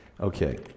Okay